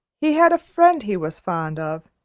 he had a friend he was fond of,